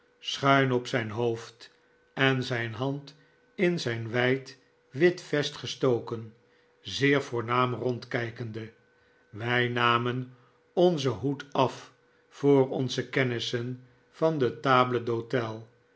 schuin op zijn hoofd en zijn hand in zijn wijd wit vest gestoken zeer voornaam rondkijkende wij namen onzen hoed af voor onze kennissen van de table d'hote